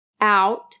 out